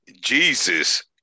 Jesus